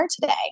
today